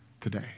today